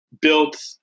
built